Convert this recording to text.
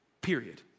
period